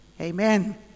Amen